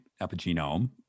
epigenome